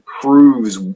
proves